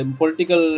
political